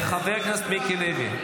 חבר הכנסת מיקי לוי.